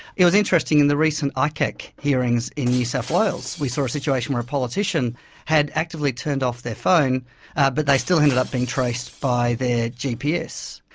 it was interesting in the recent icac hearings in new south wales we saw a situation where a politician had actively turned off their phone but they still ended up being traced by their gps.